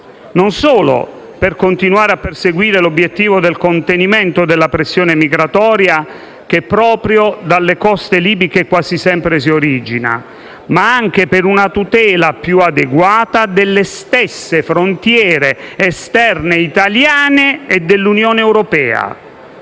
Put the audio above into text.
non solo per continuare a perseguire l'obiettivo del contenimento della pressione migratoria, che proprio dalle coste libiche quasi sempre si origina, ma anche per una tutela più adeguata delle stesse frontiere esterne, italiane e dell'Unione europea,